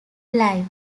live